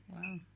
Wow